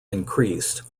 increased